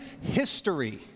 history